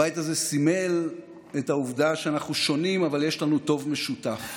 הבית הזה סימל את העובדה שאנחנו שונים אבל יש לנו טוב משותף.